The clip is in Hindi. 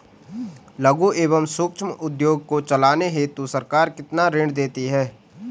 लघु एवं सूक्ष्म उद्योग को चलाने हेतु सरकार कितना ऋण देती है?